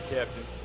Captain